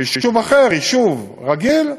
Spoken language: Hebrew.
ביישוב אחר, יישוב רגיל,